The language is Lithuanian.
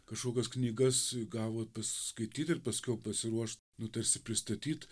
kažkokias knygas gavo pasiskaityt ir paskiau pasiruošt nu tarsi pristatyt